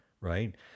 right